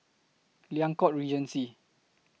Liang Court Regency